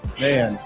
Man